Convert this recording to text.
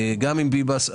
גם עם ביבס.